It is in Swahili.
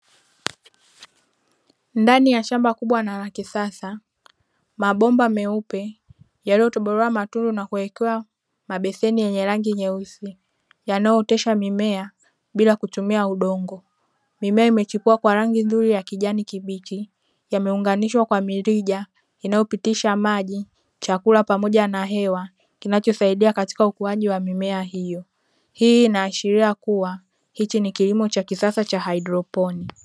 Ndani ya shamba kubwa na la kisasa, mabomba meupe yaliyotobolewa matundu na kuwekewa mabeseni yenye rangi nyeusi, yanayootesha mimea bila kutumia udongo. Mimea imechipua kwa rangi nzuri ya kijani kibichi, yameunganishwa kwa mirija inayopitisha maji, chakula pamoja na hewa, kinachosaidia katika ukuaji wa mimea hiyo. Hii inaashiria kuwa hiki ni kilimo cha kisasa cha haidroponi.